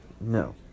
No